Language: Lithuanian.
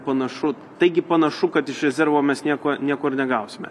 panašu taigi panašu kad iš rezervo mes nieko niekur negausime